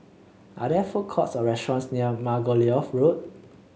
are there food courts or restaurants near Margoliouth Road